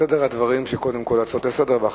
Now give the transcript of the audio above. סדר הדברים הוא שקודם כול יש הצעות לסדר-היום